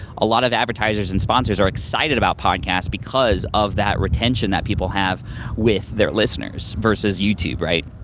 a lot of advertisers and sponsors are excited about podcasts because of that retention that people have with their listeners versus youtube, right?